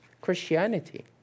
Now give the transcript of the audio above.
Christianity